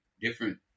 different